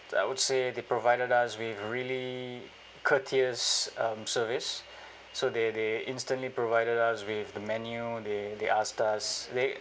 I would say they provided us with really courteous um service so they they instantly provided us with the menu they they asked us they